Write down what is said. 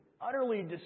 utterly